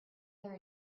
their